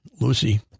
Lucy